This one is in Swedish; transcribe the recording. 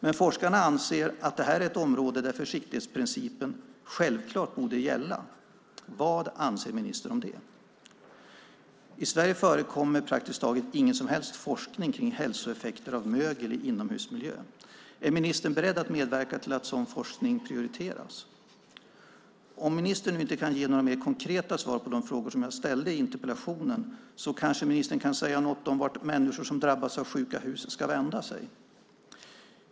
Men forskarna anser att det här är ett område där försiktighetsprincipen självklart borde gälla. Vad anser ministern om det? I Sverige förekommer praktiskt taget ingen forskning kring hälsoeffekter av mögel i inomhusmiljö. Är ministern beredd att medverka till att sådan forskning prioriteras? Om ministern inte kan ge några mer konkreta svar på de frågor jag ställde i interpellationen kanske ministern kan säga något om vart människor som drabbas av sjuka hus ska vända sig.